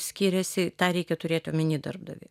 skiriasi tą reikia turėt omeny darbdaviui